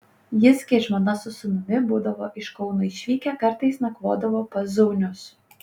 jis kai žmona su sūnumi būdavo iš kauno išvykę kartais nakvodavo pas zaunius